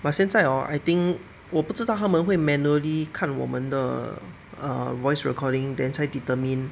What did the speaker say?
but 现在 hor I think 我不知道他们会 manually 看我们的 err voice recording then 才 determine